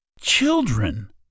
children